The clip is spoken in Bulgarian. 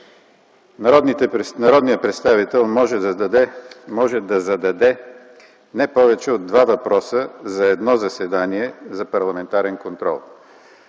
народният представител може да зададе не повече от два въпроса за едно заседание за парламентарен контрол.